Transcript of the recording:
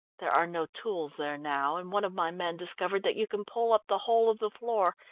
there are no tools there now, and one of my men discovered that you can pull up the whole of the floor,